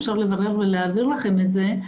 אפשר לברר ולהעביר לכם את זה,